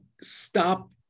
stop